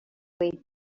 way